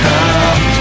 Come